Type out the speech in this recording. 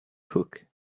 hook